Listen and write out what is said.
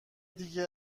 دیگه